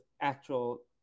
actual